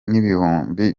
n’ibihumbi